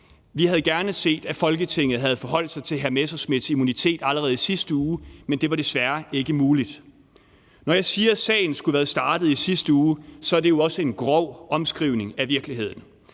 Vi havde gerne set, at Folketinget havde forholdt sig til hr. Morten Messerschmidts immunitet allerede i sidste uge, men det var desværre ikke muligt. Når jeg siger, at sagen skulle være startet i sidste uge, er det jo også en grov omskrivning af virkeligheden.